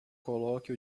coloque